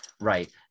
Right